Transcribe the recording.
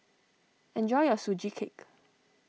enjoy your Sugee Cake